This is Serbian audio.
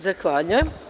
Zahvaljujem.